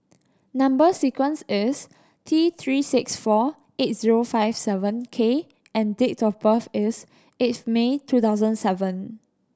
number sequence is T Three six four eight zero five seven K and date of birth is eighth May two thousand seven